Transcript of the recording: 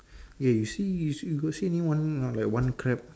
okay you see see got see any one like one crab